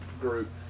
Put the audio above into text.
group